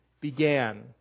Began